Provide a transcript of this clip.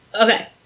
okay